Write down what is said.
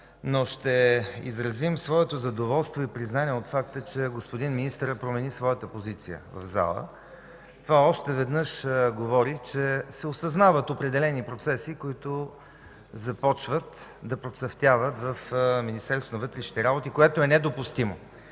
но ще изразим своето задоволство и признание от факта, че господин министърът промени своята позиция в залата. Това още веднъж говори, че се осъзнават определени процеси, които започват да процъфтяват в Министерството на вътрешните работи, което е недопустимо.